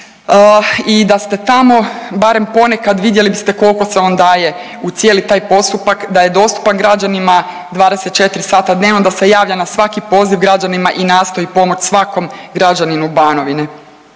I da ste tamo barem ponekad vidjeli biste koliko se on daje u cijeli taj postupak, da je dostupan građanima 24 sata dnevno, da se javlja na svaki poziv građanima i nastoji pomoć svakom građaninu Banovine.